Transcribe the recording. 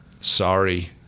Sorry